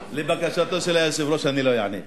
לבקשתו של היושב-ראש, אני לא אענה.